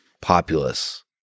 populace